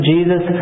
Jesus